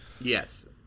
Yes